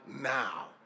now